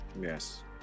Yes